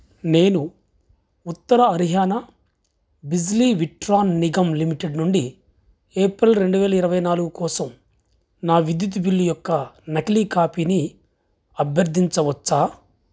నేను ఉత్తర హర్యానా బిజ్లీ విట్రాన్ నిగమ్ లిమిటెడ్ నుండి ఏప్రిల్ రెండు వేల ఇరవై నాలుగు కోసం నా విద్యుత్ బిల్లు యొక్క నకిలీ కాపీని అభ్యర్థించవచ్చా